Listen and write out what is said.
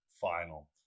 final